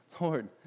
Lord